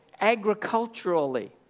agriculturally